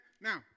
Now